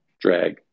drag